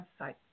website